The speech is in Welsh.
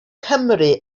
cymru